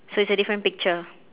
so it's a different picture